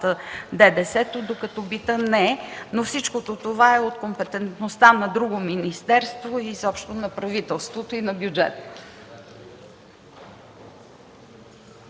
ДДС, докато битът не. Всичко това е от компетентността на друго министерство и изобщо на правителството и на бюджета.